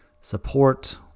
support